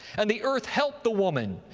and the earth helped the woman,